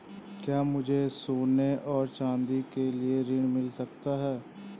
क्या मुझे सोने और चाँदी के लिए ऋण मिल सकता है?